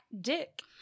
dick